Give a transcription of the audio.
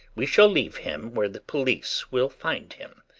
we shall leave him where the police will find him,